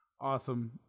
awesome